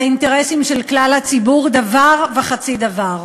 האינטרסים של כלל הציבור דבר וחצי דבר.